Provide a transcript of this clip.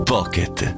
Pocket